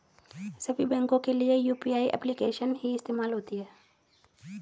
सभी बैंकों के लिए क्या यू.पी.आई एप्लिकेशन ही इस्तेमाल होती है?